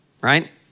right